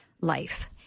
life